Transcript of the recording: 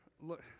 look